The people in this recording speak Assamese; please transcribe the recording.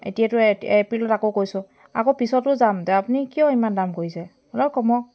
এতিয়াতো এত এপ্ৰিলত আকৌ গৈছোঁ আকৌ পিছতো যামতো আপুনি কিয় ইমান দাম কৰিছে অলপ কমাওক